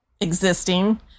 existing